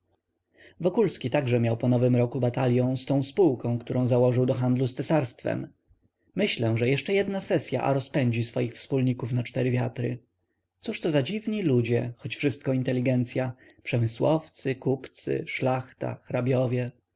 piechotą wokulski także miał po nowym roku batalią z tą spółką którą założył do handlu z cesarstwem myślę że jeszcze jedna sesya a rozpędzi swoich wspólników na cztery wiatry cóżto za dziwni ludzie choć wszystko inteligencya przemysłowcy kupcy szlachta hrabiowie